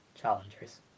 challengers